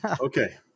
Okay